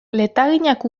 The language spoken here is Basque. letaginak